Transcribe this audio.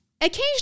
occasionally